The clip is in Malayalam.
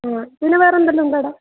ഉം പിന്നെ വേറെ എന്തെല്ലാം ഉണ്ടവിടെ